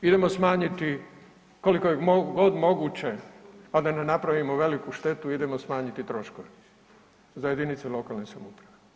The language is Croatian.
Idemo smanjiti koliko god je moguće, a da ne napravimo veliku štetu idemo smanjiti troškove za jedinice lokalne samouprave.